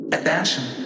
Attention